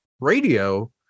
radio